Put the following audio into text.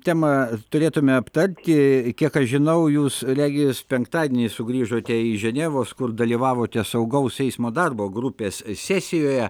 temą turėtume aptarti kiek aš žinau jūs regis penktadienį sugrįžote iš ženevos kur dalyvavote saugaus eismo darbo grupės sesijoje